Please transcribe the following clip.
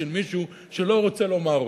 של מישהו שלא רוצה לומר אותה.